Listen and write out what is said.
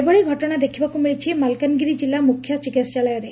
ଏଭଳି ଘଟଣା ଦେଖିବାକୁ ମିଳିଛି ମାଲକାନଗିରି କିଲ୍ଲା ମୁଖ୍ୟ ଚିକିହାଳୟରେ